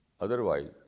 Otherwise